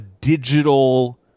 digital